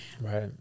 Right